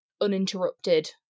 uninterrupted